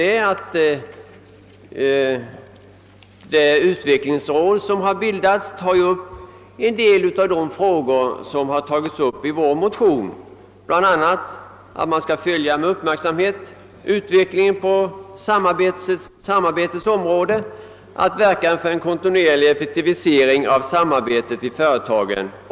Det utvecklingsråd som bildats kommer att ta upp en del av de frågor som har berörts i vår motion. Utvecklingsrådet har ju till uppgift bl.a. att med uppmärksamhet följa utvecklingen på samarbetsområdet och att verka för en kontinuerlig effektivisering av samarbetet i företagen.